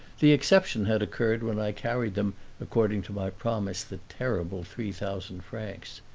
the exception had occurred when i carried them according to my promise the terrible three thousand francs.